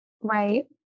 Right